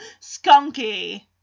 skunky